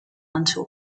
until